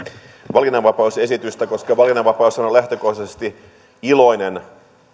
valinnanvapausesitystä koska valinnanvapaushan on lähtökohtaisesti iloinen